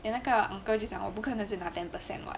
then 那个 uncle 就讲我不可能只拿 ten percent [what]